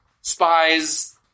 spies